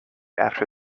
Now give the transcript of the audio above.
after